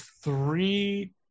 three